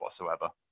whatsoever